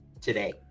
today